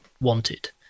wanted